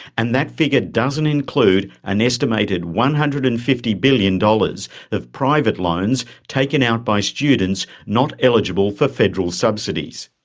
and that figure doesn't include an estimated one hundred and fifty billion dollars of private loans taken out by students not eligible for federal subsidies.